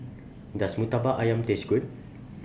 Does Murtabak Ayam Taste Good